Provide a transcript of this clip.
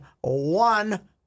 one